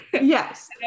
Yes